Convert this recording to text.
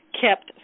kept